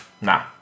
nah